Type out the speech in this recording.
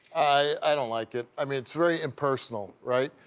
i don't like it. i mean it's really impersonal right?